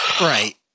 Right